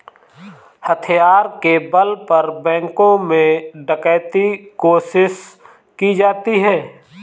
हथियार के बल पर बैंकों में डकैती कोशिश की जाती है